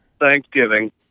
Thanksgiving